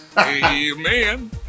Amen